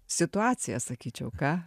situacija sakyčiau ką